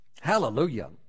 Hallelujah